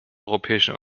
europäischen